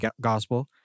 gospel